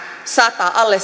alle